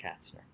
Katzner